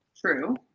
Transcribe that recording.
True